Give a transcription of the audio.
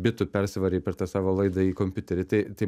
bitų persivarei per tą savo laidą į kompiuterį tai tai